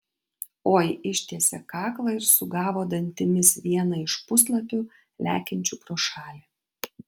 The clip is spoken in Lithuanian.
oi ištiesė kaklą ir sugavo dantimis vieną iš puslapių lekiančių pro šalį